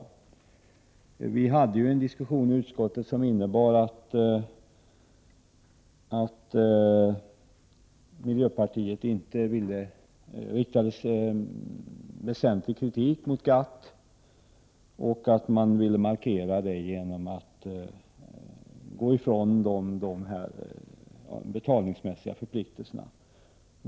I utskottet hade vi en diskussion som innebar att miljöpartiet riktade väsentlig kritik mot GATT och vill markera detta genom att gå ifrån de betalningsmässiga förpliktelserna.